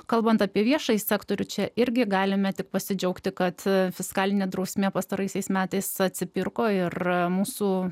kalbant apie viešąjį sektorių čia irgi galime tik pasidžiaugti kad fiskalinė drausmė pastaraisiais metais atsipirko ir mūsų